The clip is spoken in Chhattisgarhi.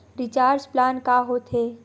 रिचार्ज प्लान का होथे?